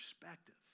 perspective